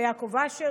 ליעקב אשר,